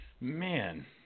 man